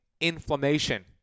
inflammation